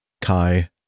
Kai